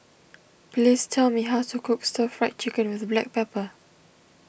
please tell me how to cook Stir Fried Chicken with Black Pepper